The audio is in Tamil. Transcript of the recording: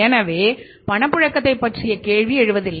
எனவே பணப்புழக்கத்தைப் பற்றிய கேள்வி எழுவதில்லை